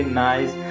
nice